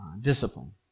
discipline